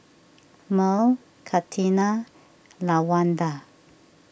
Mearl Catina Lawanda